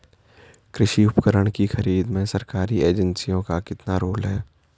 कृषि उपकरण की खरीद में सरकारी एजेंसियों का कितना रोल है?